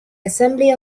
assembly